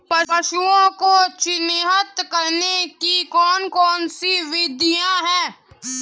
पशुओं को चिन्हित करने की कौन कौन सी विधियां हैं?